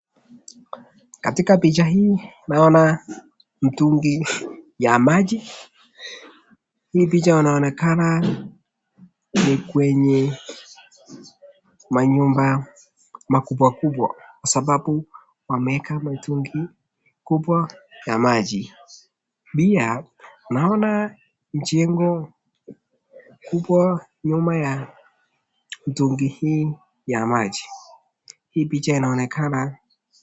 Katika picha hii naona mtungi ya maji, hii picha inaonekana ni kwenye manyumba makubwa kubwa sababu wameeka mitungi kubwa ya maji, pia ninaona mjengo kubwa nyuma ya mtungi hii ya maji.